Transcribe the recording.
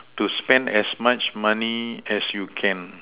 to spend as much money as you can